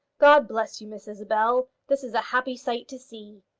god bless you, miss isabel this is a happy sight to see.